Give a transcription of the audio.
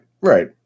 right